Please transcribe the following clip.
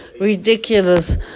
ridiculous